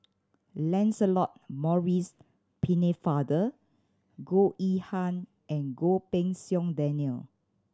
Lancelot Maurice Pennefather Goh Yihan and Goh Pei Siong Daniel